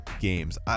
games